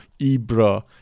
Ibra